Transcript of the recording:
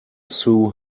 sue